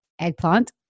eggplant